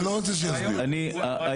לא הרווחנו שום דבר.